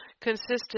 consistent